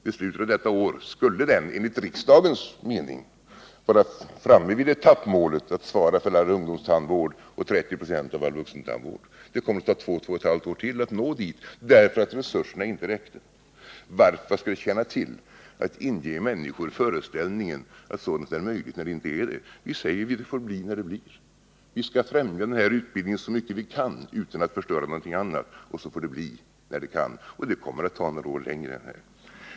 Vid slutet av detta år skulle den enligt riksdagens mening vara framme vid målet att svara för all ungdomstandvård och 30 96 av all vuxentandvård. Det kommer att ta ytterligare två till två och ett halvt år att nå dit, därför att resurserna inte räcker. Vad skall det tjäna till att inge människor föreställningen att sådant är möjligt, när det inte är det? Vi säger: Det får bli när det blir. Vi skall främja den här utbildningen så mycket vi kan utan att förstöra någonting annat. Det kommer att ta några år till.